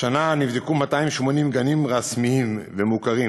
השנה נבדקו על-ידי אגף האכיפה והבקרה 280 גנים רשמיים ומוכרים